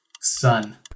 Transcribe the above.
Sun